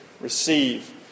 receive